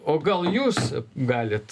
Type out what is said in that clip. o gal jūs galit